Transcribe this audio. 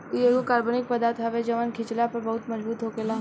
इ एगो कार्बनिक पदार्थ हवे जवन खिचला पर बहुत मजबूत होखेला